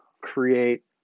create